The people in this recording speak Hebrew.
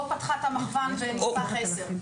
או פתחה את המכוון בנספח עשר.